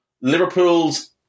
Liverpool's